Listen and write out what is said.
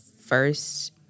first